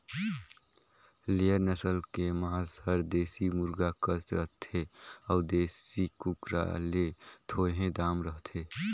layer नसल के मांस हर देसी मुरगा कस रथे अउ देसी कुकरा ले थोरहें दाम रहथे